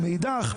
ומאידך,